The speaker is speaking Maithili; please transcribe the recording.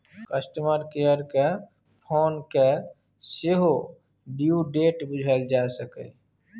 कस्टमर केयर केँ फोन कए सेहो ड्यु डेट बुझल जा सकैए